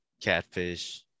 catfish